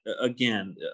again